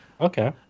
Okay